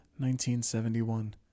1971